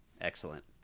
Excellent